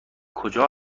کجا